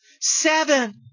Seven